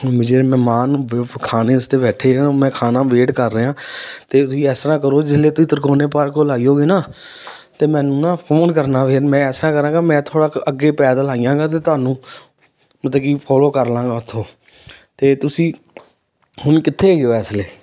ਹੁਣ ਜਿਹੜੇ ਮਹਿਮਾਨ ਬ ਖਾਣੇ ਵਾਸਤੇ ਬੈਠੇ ਜਿਹਨਾਂ ਨੂੰ ਮੈਂ ਖਾਣਾ ਵੇਟ ਕਰ ਰਿਹਾ ਹਾਂ ਤਾਂ ਤੁਸੀਂ ਇਸ ਤਰ੍ਹਾਂ ਕਰੋ ਜਿਸ ਵੇਲੇ ਤੁਸੀਂ ਤ੍ਰਿਕੋਣੇ ਪਾਰਕ ਵੱਲ ਆਓਗੇ ਨਾ ਤਾਂ ਮੈਨੂੰ ਨਾ ਫ਼ੋਨ ਕਰਨਾ ਫਿਰ ਮੈਂ ਇਸ ਤਰ੍ਹਾਂ ਕਰਾਂਗਾ ਮੈਂ ਥੋੜ੍ਹਾ ਕੁ ਅੱਗੇ ਪੈਦਲ ਆਈਗਾ ਅਤੇ ਤੁਹਾਨੂੰ ਮਤਲਬ ਕਿ ਫੋਲੋ ਕਰ ਲਾਂਗਾ ਉੱਥੋਂ ਅਤੇ ਤੁਸੀਂ ਹੁਣ ਕਿੱਥੇ ਹੈਗੇ ਹੋ ਇਸ ਵੇਲੇ